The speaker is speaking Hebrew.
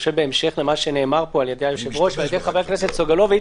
בהמשך למה שנאמר על ידי היושב-ראש ועל ידי חבר הכנסת סגלוביץ',